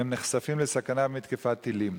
והם נחשפים לסכנה מתקיפת טילים.